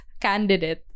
candidate